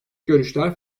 görüşler